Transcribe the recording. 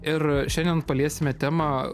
ir šiandien paliesime temą